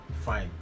fine